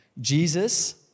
Jesus